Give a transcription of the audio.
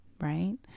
right